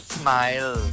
smile